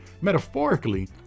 Metaphorically